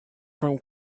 from